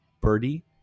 birdie